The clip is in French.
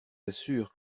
assure